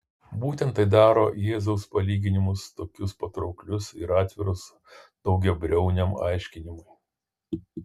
būtent tai daro jėzaus palyginimus tokius patrauklius ir atvirus daugiabriauniam aiškinimui